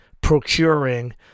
procuring